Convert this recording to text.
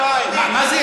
מה זה ייטיב?